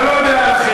אני לא יודע על אחרים.